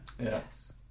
Yes